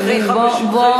למה?